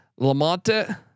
Lamonte